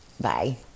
Bye